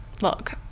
look